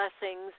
blessings